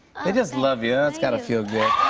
they just love you. that's got to feel